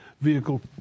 vehicle